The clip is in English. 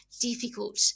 difficult